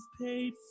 paid